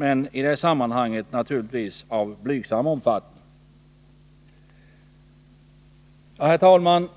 även om den naturligtvis är av blygsam omfattning. Herr talman!